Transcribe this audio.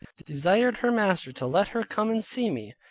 desired her master to let her come and see me,